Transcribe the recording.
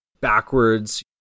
backwards